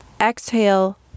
Exhale